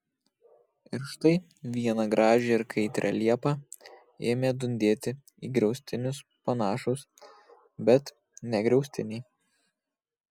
ir štai vieną gražią ir kaitrią liepą ėmė dundėti į griaustinius panašūs bet ne griaustiniai